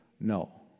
No